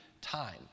time